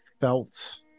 felt